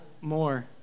more